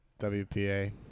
WPA